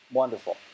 wonderful